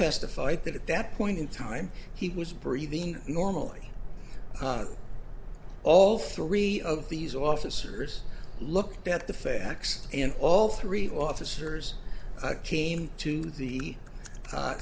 testified that at that point in time he was breathing normally all three of these officers looked at the facts in all three officers came to the